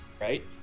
Right